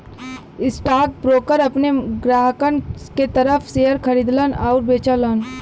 stockbroker अपने ग्राहकन के तरफ शेयर खरीदलन आउर बेचलन